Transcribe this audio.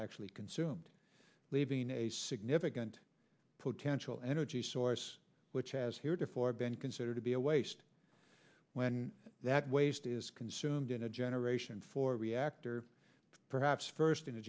actually consumed leaving a significant potential energy source which has heretofore been considered to be a waste when that waste is consumed in a generation for a reactor perhaps first in